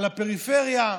על הפריפריה,